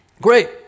Great